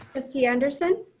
trustee anderson.